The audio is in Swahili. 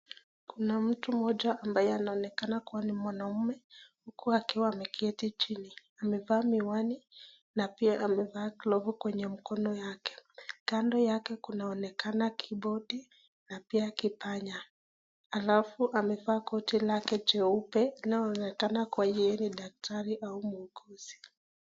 Kuna mtu mmoja ambaye anaonekana kuwa ni mwanaume, huku akiwa ameketi chini, amevaa miwani na pia amevaa glovu kwenye mkono yake. Kando yake kunaonekana kibodi na pia kipanya, halafu amevaa koti lake jeupe inayoonekana kuwa yeye ni daktari au muuguzi.